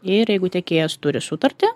ir jeigu tiekėjas turi sutartį